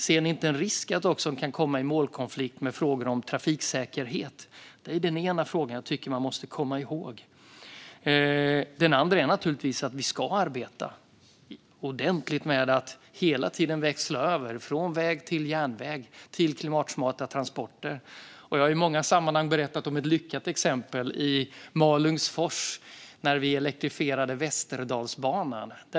Ser ni inte en risk att de kan komma i målkonflikt med frågor om trafiksäkerhet? Det är en fråga jag tycker att man måste komma ihåg. Vi ska arbeta ordentligt med att hela tiden växla över från väg till järnväg till klimatsmarta transporter. Jag har i många sammanhang berättat om ett lyckat exempel, till exempel i Malungsfors när vi elektrifierade Västerdalsbanan.